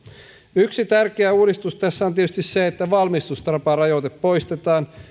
yksi tärkeä uudistus tässä on tietysti se että valmistustaparajoite poistetaan